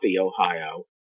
Ohio